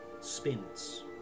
spins